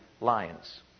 lions